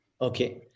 Okay